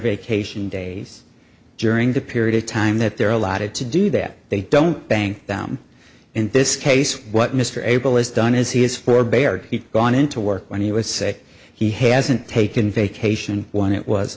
vacation days during the period of time that they're allotted to do that they don't bang down in this case what mr able has done is he is for baird he's gone into work when he was sick he hasn't taken vacation when it was